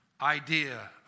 idea